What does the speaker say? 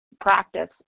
practice